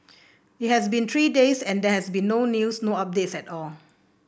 it has been three days and there has been no news no updates at all